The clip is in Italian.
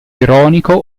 ironico